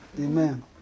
Amen